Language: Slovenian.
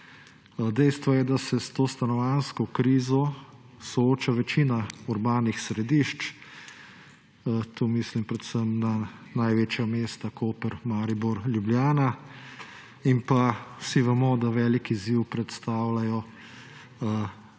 Dejstvo je, da se s to stanovanjsko krizo sooča večina urbanih središč. Tu mislim predvsem na največja mesta, Koper, Maribor, Ljubljana. Vsi vemo, da velik izziv predstavljajo